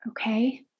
Okay